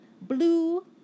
blue